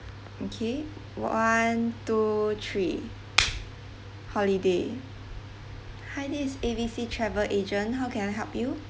okay one two three holiday hi this is A B C travel agent how can I help you